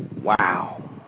wow